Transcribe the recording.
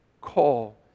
call